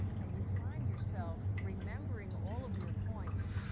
and you find yourself remembering all of your points,